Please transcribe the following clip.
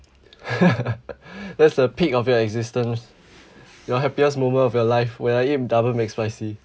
that's the peak of your existence your happiest moment of your life when I eat double mac spicy